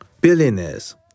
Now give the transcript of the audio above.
Billionaires